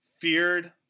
feared